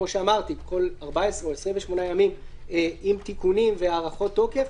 כמו שאמרתי כל 14 או 28 ימים עם תיקונים והארכות תוקף,